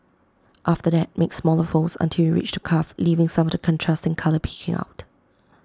after that make smaller folds until you reach the cuff leaving some of the contrasting colour peeking out